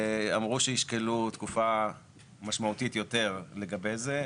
אמרו שישקלו תקופה משמעותית יותר לגבי זה,